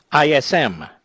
ISM